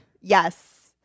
Yes